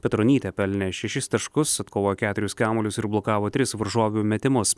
petronytė pelnė šešis taškus atkovojo keturis kamuolius ir blokavo tris varžovių metimus